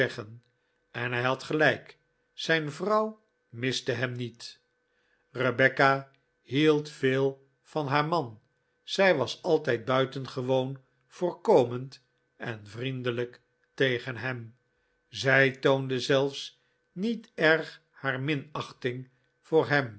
en hij had gelijk zijn vrouw miste hem niet rebecca hield veel van haar man zij was altijd buitengewoon voorkomend en vriendelijk tegen hem zij toonde zelfs niet erg haar minachting voor hem